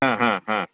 ह ह ह